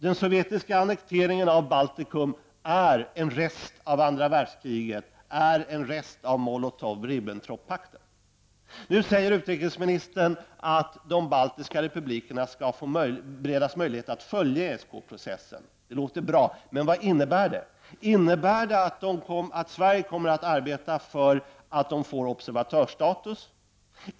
Den sovjetiska annekteringen av Baltikum är en rest av andra världskriget -- en rest av Nu säger utrikesministern att de baltiska republikerna skall beredas möjlighet att följa ESK processen. Det låter bra. Men vad innebär det? Innebär det att Sverige kommer att arbeta för att de får observatörsstatus?